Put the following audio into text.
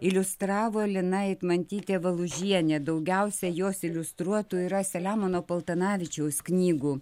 iliustravo lina eitmantytė valužienė daugiausiai jos iliustruotų yra selemono paltanavičiaus knygų